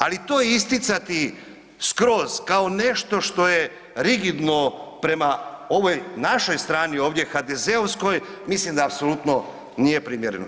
Ali to isticati skroz kao nešto što je rigidno prema ovoj našoj strani ovdje HDZ-ovskoj, mislim da apsolutno nije primjereno.